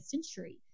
century